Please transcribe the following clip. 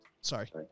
sorry